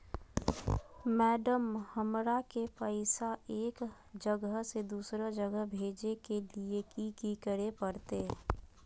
Madam, हमरा के पैसा एक जगह से दुसर जगह भेजे के लिए की की करे परते?